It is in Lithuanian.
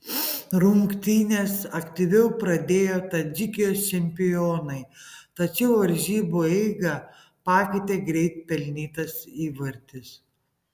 rungtynes aktyviau pradėjo tadžikijos čempionai tačiau varžybų eigą pakeitė greit pelnytas įvartis